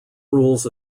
rules